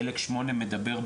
חלק 8 מדבר,